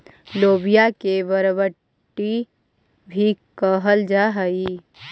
लोबिया के बरबट्टी भी कहल जा हई